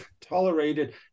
tolerated